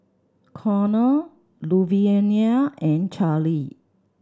Connor Luvinia and Charlie